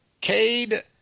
Cade